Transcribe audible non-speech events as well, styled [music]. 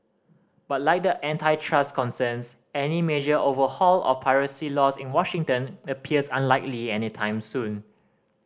but like the [unintelligible] trust concerns any major overhaul of privacy law in Washington appears unlikely anytime soon